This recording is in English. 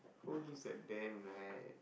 who gives a damn right